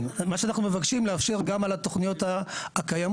מה שאנחנו מבקשים לאפשר גם על התוכניות הקיימות,